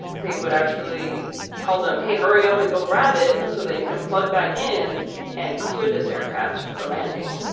they would actually tell them, hey, hurry up and go grab it so that you can plug back in and clear this aircraft for landing